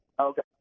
Okay